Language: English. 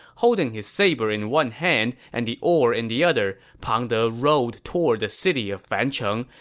holding his saber in one hand and the oar in the other, pang de rowed toward the city of fancheng,